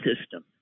system